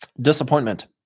Disappointment